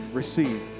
receive